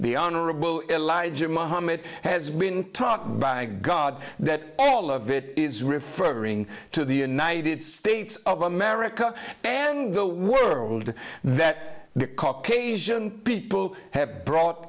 the honorable elijah muhammad has been taught by god that all of it is referring to the united states of america and the world that the caucasian people have brought